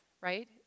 right